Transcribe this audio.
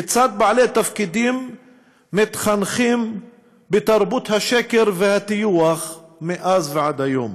כיצד בעלי תפקידים מתחנכים בתרבות השקר והטיוח מאז ועד היום.